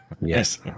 yes